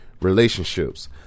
relationships